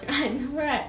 I know right